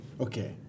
Okay